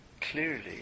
clearly